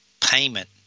payment